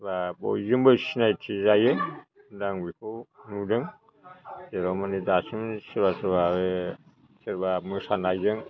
बा बयजोंबो सिनायथि जायो दा आं बेखौ नुदों जेरावमानि दासिम सोरबा सोरबा सोरबा मोसानायजों